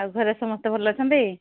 ଆଉ ଘରେ ସମସ୍ତେ ଭଲ ଅଛନ୍ତି